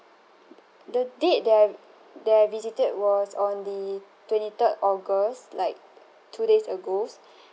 the date that I that I visited was on the twenty third august like two days agos